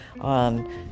on